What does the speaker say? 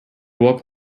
woke